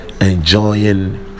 Enjoying